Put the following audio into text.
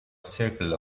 circle